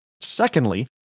Secondly